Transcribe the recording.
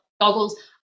goggles